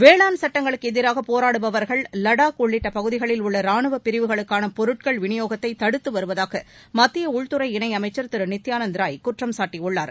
வேளாண் சட்டங்களுக்கு எதிராக போராடுபவர்கள் லடாக் உள்ளிட்ட பகுதிகளில் உள்ள ராணுவப் பிரிவுகளுக்கான பொருட்கள் விநியோகத்தை தடுத்து வருவதாக மத்திய உள்துறை இணையமைச்சர் திரு நித்தியானந்த் ராய் குற்றம்சாட்டியுள்ளார்